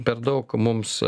per daug mums